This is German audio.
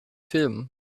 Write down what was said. film